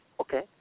Okay